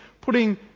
putting